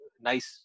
nice